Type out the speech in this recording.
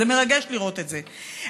זה מרגש לראות את זה,